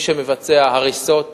מי שמבצע הריסות